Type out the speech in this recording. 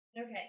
Okay